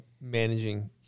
managing